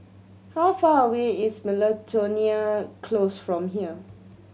how far away is Miltonia Close from here